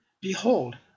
Behold